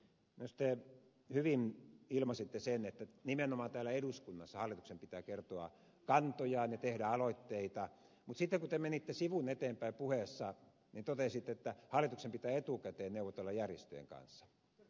minusta te hyvin ilmaisitte sen että nimenomaan täällä eduskunnassa hallituksen pitää kertoa kantojaan ja tehdä aloitteita mutta sitten kun te menitte sivun eteenpäin puheessanne totesitte että hallituksen pitää etukäteen neuvotella järjestöjen kanssa